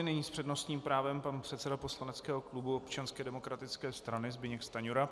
Nyní s přednostním právem pan předseda poslaneckého klubu Občanské demokratické strany Zbyněk Stanjura.